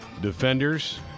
defenders